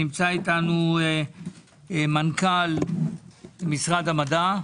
נמצא אתנו מנכ"ל משרד המדע.